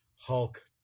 Hulk